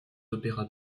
opéras